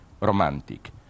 romantic